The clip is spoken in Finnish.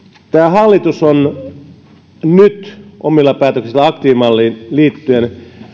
hallitus on nyt omilla päätöksillään aktiivimalliin liittyen